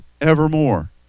evermore